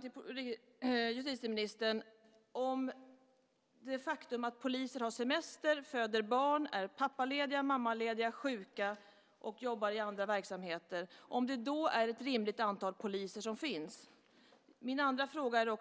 Till justitieministern ställde jag frågan om det när poliser har semester, föder barn, är pappa eller mammalediga, är sjuka eller jobbar i andra verksamheter finns ett rimligt antal poliser. Min andra fråga är om